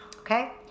Okay